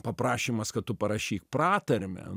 paprašymas kad tu parašyk pratarmę